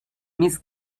miss